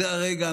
זה הרגע.